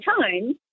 time